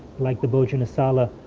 like the bhojanasala.